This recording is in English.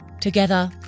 Together